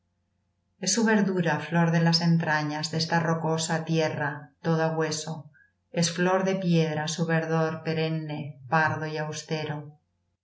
es su verdura flor de las entrañas de esta rocosa tierra toda hueso es flor de piedra su verdor perenne pardo y austero